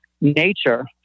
nature